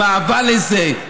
עם אהבה לזה.